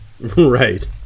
Right